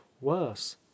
worse